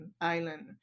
Island